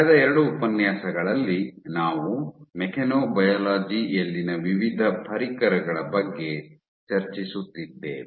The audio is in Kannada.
ಕಳೆದ ಎರಡು ಉಪನ್ಯಾಸಗಳಲ್ಲಿ ನಾವು ಮೆಕ್ಯಾನೊಬಯಾಲಜಿ ಯಲ್ಲಿನ ವಿವಿಧ ಪರಿಕರಗಳ ಬಗ್ಗೆ ಚರ್ಚಿಸುತ್ತಿದ್ದೇವೆ